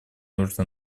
нужно